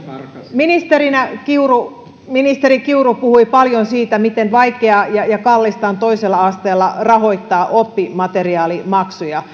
ministerinä kiuru ministerinä kiuru puhui paljon siitä miten vaikeaa ja ja kallista on toisella asteella rahoittaa oppimateriaalimaksuja